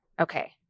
okay